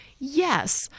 Yes